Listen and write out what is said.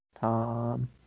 Tom